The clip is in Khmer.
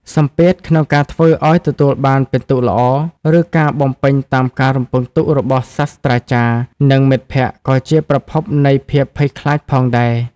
សម្ពាធក្នុងការធ្វើឱ្យទទួលបានពិន្ទុល្អ ឬការបំពេញតាមការរំពឹងទុករបស់សាស្រ្តាចារ្យ និងមិត្តភក្តិក៏ជាប្រភពនៃភាពភ័យខ្លាចផងដែរ។